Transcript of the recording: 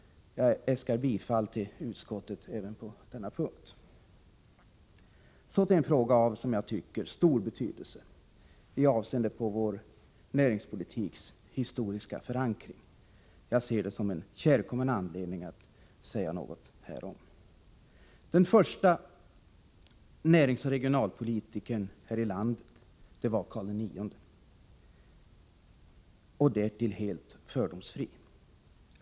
Jag äskar bifall till utskottets hemställan även på denna punkt. Så till en fråga av, som jag tycker, stor betydelse i avseende på vår näringspolitiks historiska förankring. Jag ser det som en kärkommen anledning att säga något härom. Den förste näringsoch regionalpolitikern var Karl IX — han var därtill helt fördomsfri.